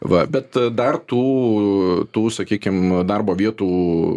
va bet dar tų tų sakykim darbo vietų